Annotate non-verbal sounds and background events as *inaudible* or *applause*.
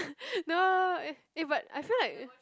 *laughs* no no no eh eh but I feel like